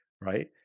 right